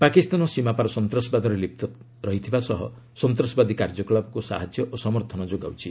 ପାକିସ୍ତାନ ସୀମାପାର ସନ୍ତାସବାଦରେ ଲିପ୍ତ ଥିବା ସହ ସନ୍ତାସବାଦୀ କାର୍ଯ୍ୟକଳାପକୁ ସାହାଯ୍ୟ ଓ ସମର୍ଥନ ଯୋଗାଉଛି